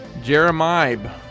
Jeremiah